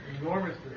enormous